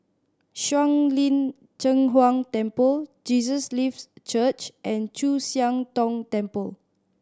Shuang Lin Cheng Huang Temple Jesus Lives Church and Chu Siang Tong Temple